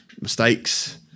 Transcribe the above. mistakes